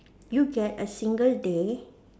you get a single day